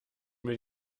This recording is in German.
mir